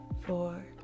four